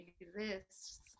exists